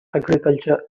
agriculture